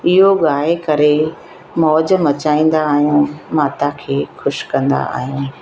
इहो ॻाए करे मौज मचाईंदा आहियूं माता खे ख़ुशि कंदा आहियूं